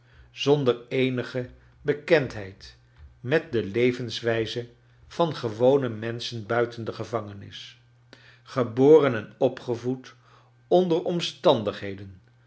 zonder eenige bekendheid met de levenswijze van gewone menschen buiten de gevangenis geboren en opgevoed onder omstandigheden